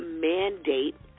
mandate